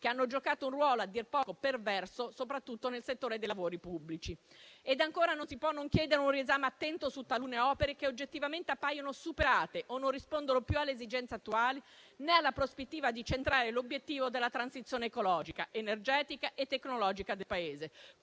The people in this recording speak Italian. che hanno giocato un ruolo a dir poco perverso soprattutto nel settore dei lavori pubblici. Ancora, non si può non chiedere un attento riesame di talune opere, che oggettivamente appaiono superate o non rispondono più alle esigenze attuali, né alla prospettiva di centrare l'obiettivo della transizione ecologica, energetica e tecnologica del Paese,